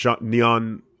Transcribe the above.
neon